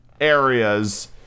areas